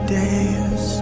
days